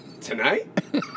Tonight